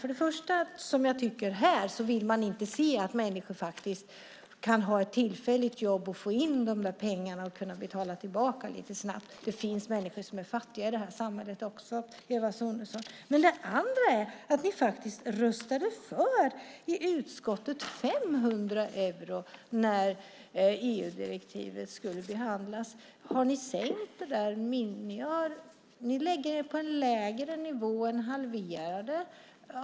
För det första vill man inte se att människor kan ha ett tillfälligt jobb och få in de pengarna och betala tillbaka lite snabbt. Det finns också människor i det här samhället som är fattiga, Eva Sonidsson. Det andra är att ni i utskottet röstade för 500 euro när EU-direktivet skulle behandlas. Har ni sänkt det beloppet? Ni lägger er på en lägre nivå och halverar beloppet.